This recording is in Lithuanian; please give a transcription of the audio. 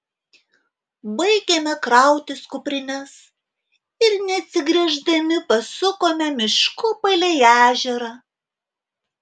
baigėme krautis kuprines ir neatsigręždami pasukome mišku palei ežerą